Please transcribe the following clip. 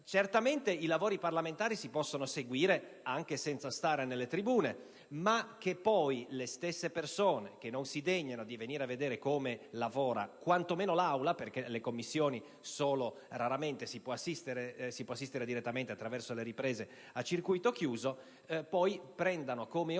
Certamente i lavori parlamentari si possono seguire anche senza stare nelle tribune, ma le stesse persone che non si degnano di venire a vedere come lavora quantomeno l'Aula (perché ai lavori delle Commissioni solo di rado si può assistere direttamente attraverso le riprese a circuito chiuso) prendono come oro